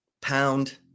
Pound